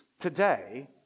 today